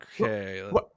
okay